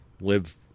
live